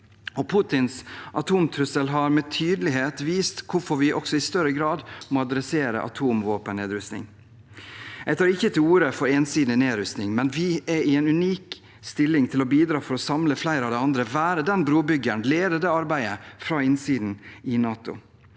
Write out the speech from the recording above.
Putins atomtrussel har med tydelighet vist hvorfor vi i større grad må adressere atomvåpennedrustning. Jeg tar ikke til orde for ensidig nedrustning, men vi er i en unik stilling til å bidra for å samle flere av de andre, være en brobygger og lede det arbeidet fra innsiden i NATO.